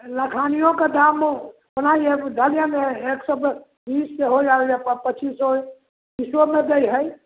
लखानिओके दाम ओनाहिए धऽ लिअऽ ने एक सओ बीसके होल आओर पचीसो बीसोमे दै हइ